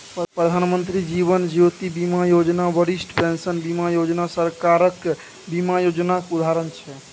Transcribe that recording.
प्रधानमंत्री जीबन ज्योती बीमा योजना, बरिष्ठ पेंशन बीमा योजना सरकारक बीमा योजनाक उदाहरण छै